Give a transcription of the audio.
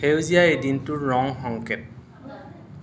সেউজীয়া এই দিনটোৰ ৰং সংকেত